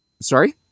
Sorry